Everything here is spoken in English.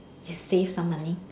you save some money